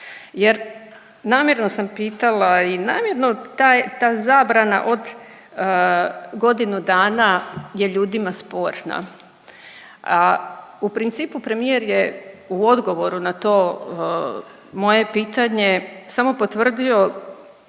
jer namjerno sam pitala i namjerno taj, ta zabrana od godinu dana je ljudima sporna. U principu premijer je u odgovoru na to moje pitanje samo potvrdio